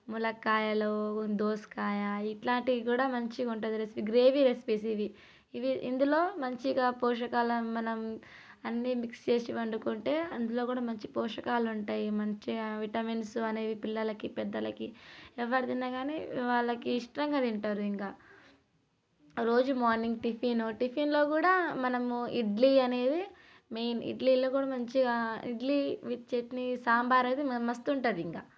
ములక్కాయలు దోసకాయ ఇట్లాంటివి కూడా మంచిగా ఉంటుంది రెసి గ్రేవీ రెసిపీస్ ఇవి ఇందులో మంచిగా పోషకాలు మనం అన్ని మిక్స్ చేసి వండుకుంటే అందులో కూడా మంచి పోషకాలు ఉంటాయి మంచిగా విటమిన్స్ అనేవి పిల్లలకి పెద్దలకి ఎవరు తిన్నా కానీ వాళ్ళకి ఇష్టంగా తింటారు ఇకా రోజు మార్నింగ్ టిఫిన్ టిఫిన్లో కూడా మనము ఇడ్లీ అనేది మెయిన్ ఇడ్లీలో కూడా మంచిగా ఇడ్లీ విత్ చట్నీ సాంబార్ అయితే మస్తు ఉంటుంది ఇంకా